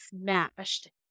smashed